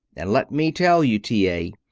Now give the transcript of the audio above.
and let me tell you, t. a.